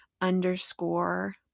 underscore